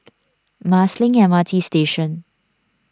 Marsiling M R T Station